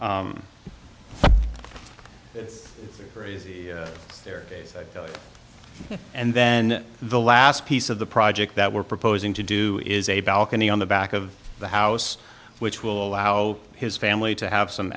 there and then the last piece of the project that we're proposing to do is a balcony on the back of the house which will allow his family to have some